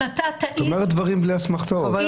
אם אתה תעז --- את אומרת דברים בלי אסמכתאות --- אבל